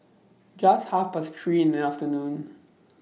Just Half Past three in The afternoon